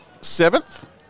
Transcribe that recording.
seventh